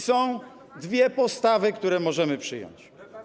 Są dwie postawy, które możemy przyjąć.